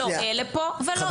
לא אלה פה ולא אלה פה.